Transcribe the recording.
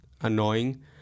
annoying